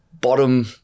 bottom